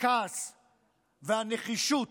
הכעס והנחישות: